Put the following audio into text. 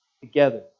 together